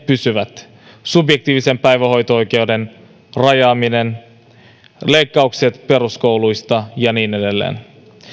pysyvät subjektiivisen päivähoito oikeuden rajaaminen leikkaukset peruskouluista ja niin edelleen